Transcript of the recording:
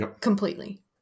completely